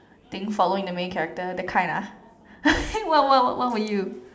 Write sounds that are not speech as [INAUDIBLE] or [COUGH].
thing following the main character that kind ah [LAUGHS] what what what were you